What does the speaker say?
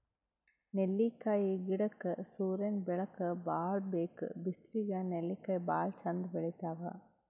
ನೆಲ್ಲಿಕಾಯಿ ಗಿಡಕ್ಕ್ ಸೂರ್ಯನ್ ಬೆಳಕ್ ಭಾಳ್ ಬೇಕ್ ಬಿಸ್ಲಿಗ್ ನೆಲ್ಲಿಕಾಯಿ ಭಾಳ್ ಚಂದ್ ಬೆಳಿತಾವ್